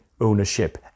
ownership